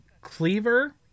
Cleaver